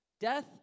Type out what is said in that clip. death